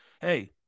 hey